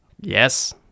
yes